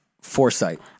foresight